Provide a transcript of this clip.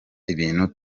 ibintu